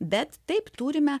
bet taip turime